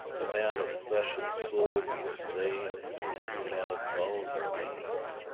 the man of flesh and soul be slain and the man of bone remain?